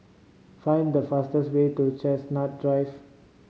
find the fastest way to Chestnut Drive